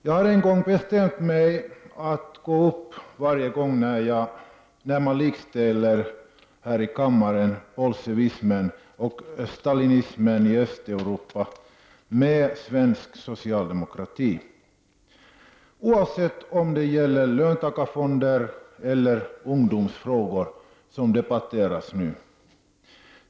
Jag har en gång bestämt mig för att gå upp varje gång när någon här i kammaren likställer bolsjevismen och stalinismen i Östeuropa med svensk socialdemokrati, oavsett om det gäller löntagarfonder eller ungdomsfrågor, som debatteras nu.